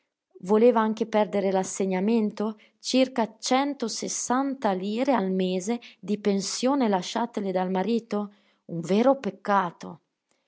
voleva anche perdere l'assegnamento circa centosessanta lire al mese di pensione lasciatale dal marito un vero peccato